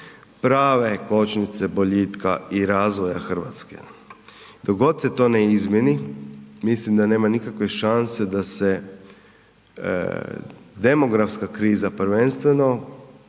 prave kočnice boljitka i razvoja Hrvatske. Dok god se to ne izmijeni mislim da nema nikakve šanse da se demografska kriza prvenstveno,